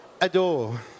Adore